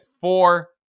four